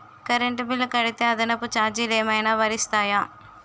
Current bill కడితే అదనపు ఛార్జీలు ఏమైనా వర్తిస్తాయా?